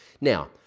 Now